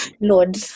Lord